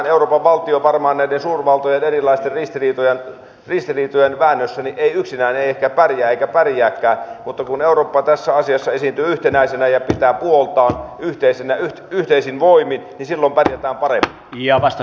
yksikään euroopan valtio varmaan näiden suurvaltojen erilaisten ristiriitojen väännössä ei yksinään ehkä pärjää eikä pärjääkään mutta kun eurooppa tässä asiassa esiintyy yhtenäisenä ja pitää puoliaan yhteisin voimin niin silloin pärjätään paremmin